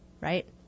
right